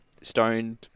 stoned